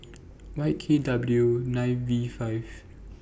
Y K W nine V five